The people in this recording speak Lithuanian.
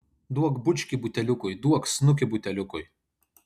duok bučkį buteliukui duok snukį buteliukui